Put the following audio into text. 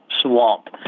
swamp